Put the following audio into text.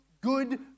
good